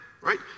right